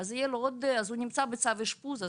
הוא נמצא בצו אשפוז,